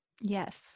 Yes